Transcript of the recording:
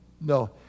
No